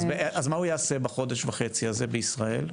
אז מה יעשה בחודש וחצי הזה בישראל?